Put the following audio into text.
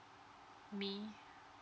me